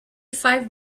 five